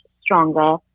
stronger